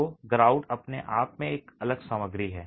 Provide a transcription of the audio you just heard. तो grout अपने आप में एक अलग सामग्री है